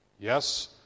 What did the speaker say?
yes